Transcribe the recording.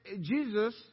Jesus